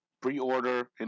Pre-order